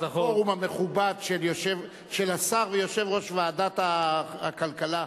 הפורום המכובד של השר ויושב-ראש ועדת הכלכלה.